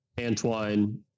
Antoine